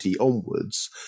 onwards